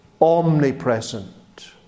omnipresent